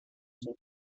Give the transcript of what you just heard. sont